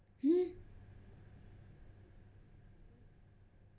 mm